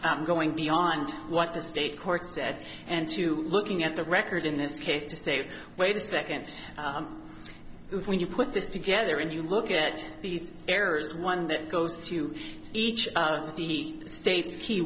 going beyond what the state courts that and to looking at the record in this case to say wait a second when you put this together and you look at these errors one that goes to each of the state's